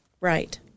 right